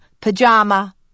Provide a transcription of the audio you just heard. Pajama